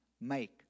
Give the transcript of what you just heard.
make